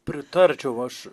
pritarčiau aš